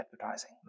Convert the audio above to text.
advertising